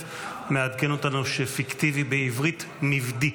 מעדכן אותנו שפיקטיבי בעברית זה מבדי.